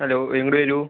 hello ഇങ്ങോട്ട് വരൂ